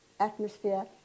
atmosphere